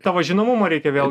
tavo žinomumą reikia vėl